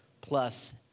plus